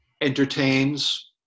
entertains